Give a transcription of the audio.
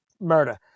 murder